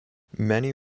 many